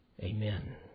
Amen